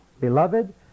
Beloved